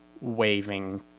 waving